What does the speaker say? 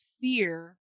fear